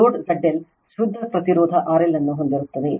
load ZL ಶುದ್ಧ ಪ್ರತಿರೋಧ RLಅನ್ನು ಹೊಂದಿರುತ್ತದೆ